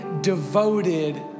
devoted